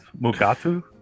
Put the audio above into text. Mugatu